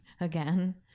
again